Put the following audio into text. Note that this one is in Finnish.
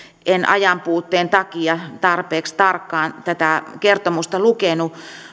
etten ajan puutteen takia tarpeeksi tarkkaan kertomusta lukenut